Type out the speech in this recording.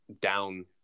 down